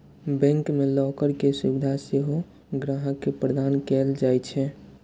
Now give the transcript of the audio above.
bank मे locker के सुविधा सेहो ग्राहक के प्रदान कैल जाइ छै